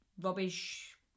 rubbish